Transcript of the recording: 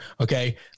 okay